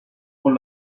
con